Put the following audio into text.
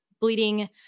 bleeding